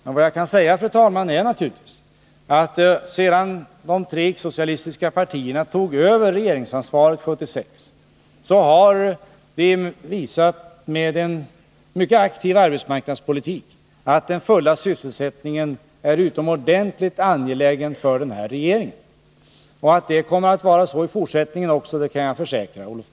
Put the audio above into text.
Men vad jag kan säga, fru talman, är naturligtvis, att sedan de tre icke-socialistiska partierna tog över regeringsansvaret 1976, har vi med en mycket aktiv arbetsmarknadspolitik visat att den fulla sysselsättningen är utomordentligt angelägen för denna regering. Jag kan försäkra Olof Palme att det kommer att vara så också i fortsättningen.